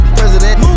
president